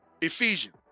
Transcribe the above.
Ephesians